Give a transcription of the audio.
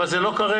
אבל זה לא כרגע.